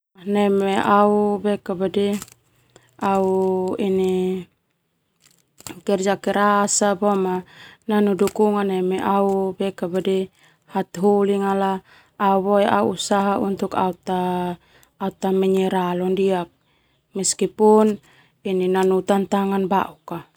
Neme au kerja keras nanu dukungan neme au hataholi au berusaha au ta menyerah meskipun nanu tantangan bauk.